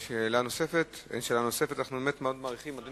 יש לנו עוד כמה שאילתות.